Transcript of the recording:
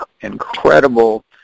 incredible